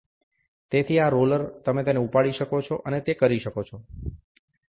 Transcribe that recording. તેથી આ રોલર તમે તેને ઉપાડી શકો છો અને પછી તમે તે કરી શકો છો